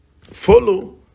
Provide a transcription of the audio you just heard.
follow